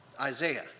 Isaiah